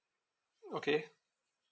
okay